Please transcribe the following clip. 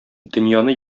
дөньяны